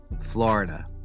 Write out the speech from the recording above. Florida